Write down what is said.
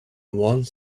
one